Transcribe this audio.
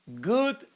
good